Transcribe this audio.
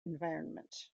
environment